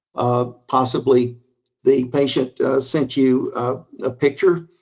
possibly the patient sent you a picture,